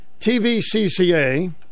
TVCCA